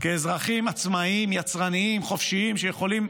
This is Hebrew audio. כאזרחים עצמאיים, יצרניים, חופשיים, שיכולים